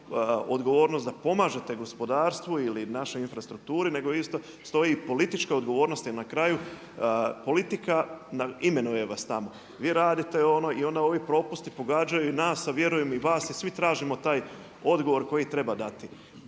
odgovornost da pomažete gospodarstvu ili našoj infrastrukturi nego stoji politička odgovornost jer na kraju politika vas imenuje tamo. Vi radite i onda ovi propusti pogađaju i nas, a vjerujem i vas i svi tražimo taj odgovor koji treba dati.